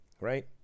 right